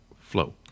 flow